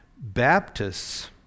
Baptists